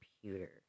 computer